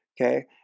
okay